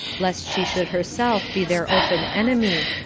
lest she should herself be their open enemy,